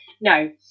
no